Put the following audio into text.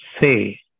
say